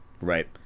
right